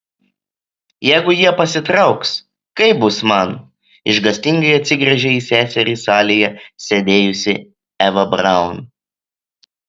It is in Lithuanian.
jeigu jie pasitrauks kaip bus man išgąstingai atsigręžia į seserį salėje sėdėjusi eva braun